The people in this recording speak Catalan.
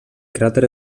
cràter